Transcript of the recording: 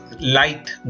light